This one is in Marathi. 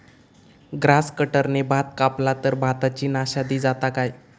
ग्रास कटराने भात कपला तर भाताची नाशादी जाता काय?